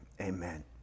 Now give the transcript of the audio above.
amen